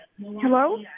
Hello